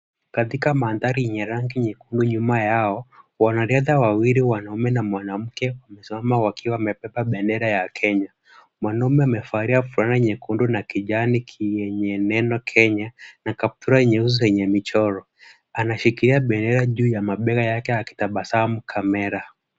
Katika mandhari yenye rangi nyekundu nyuma yao wanariadha wawili mwanaume na mwanamke wamesimama wakiwa wamebeba bendera ya Kenya. Mwanaume amevalia fulana nyekundu na kijani chenye neno Kenya na kaptura nyeusi yenye michoro. Anashikilia bendera juu ya mabega yake akitabasamu kamera.